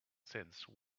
since